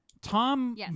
tom